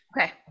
Okay